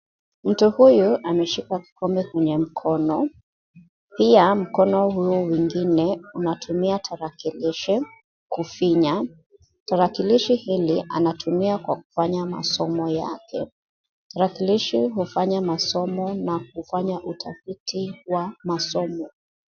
Mtu huyu ameshika kikombe kwenye mkono, pia mkono huo mwingine unatumia tarakilishi kufinya. Tarakilishi hili anatumia kwa kufanya masomo yake. Tarakilishi hufanya masomo na hufanya utafiti wa masomo.